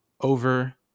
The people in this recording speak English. Over